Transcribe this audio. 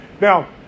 now